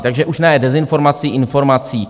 Takže už ne dezinformací informací.